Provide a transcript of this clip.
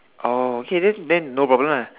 okay then then no problem lah